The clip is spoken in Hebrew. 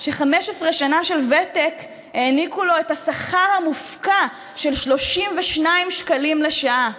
ש-15 שנה של ותק העניקו לו את השכר המופקע של 32 שקלים לשעה.